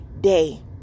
day